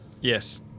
Yes